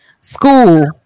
school